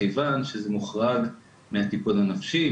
מכיוון שזה מוחרג מהטיפול הנפשי,